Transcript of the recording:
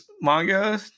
manga